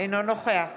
אינו נוכח